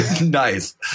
Nice